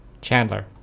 Chandler